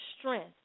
strength